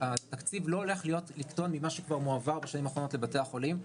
התקציב לא הולך לקטון ממה שכבר מועבר בשנים האחרונות לבתי החולים,